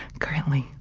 currently.